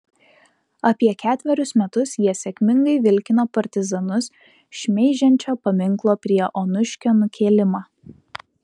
apie ketverius metus jie sėkmingai vilkino partizanus šmeižiančio paminklo prie onuškio nukėlimą